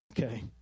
Okay